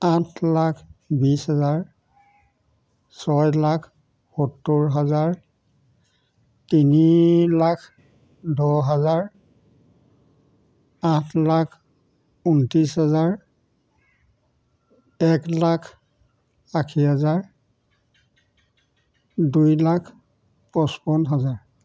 আঠ লাখ বিছ হেজাৰ ছয় লাখ সত্তৰ হাজাৰ তিনি লাখ দহ হাজাৰ আঠ লাখ উনত্ৰিছ হাজাৰ এক লাখ আশী হাজাৰ দুই লাখ পচপন্ন হাজাৰ